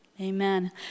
amen